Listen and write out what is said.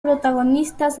protagonistas